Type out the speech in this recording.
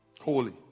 Holy